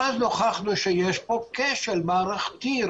ואז נוכחנו שיש פה כשל רציני, מערכתי,